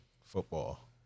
football